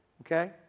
okay